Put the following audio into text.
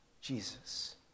Jesus